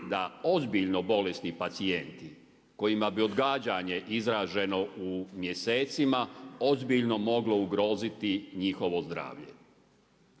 da ozbiljno bolesni pacijenti kojima bi odgađanje izraženo u mjesecima ozbiljno moglo ugroziti njihovo zdravlje.